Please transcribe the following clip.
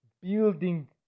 building